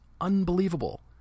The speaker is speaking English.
Unbelievable